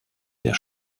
der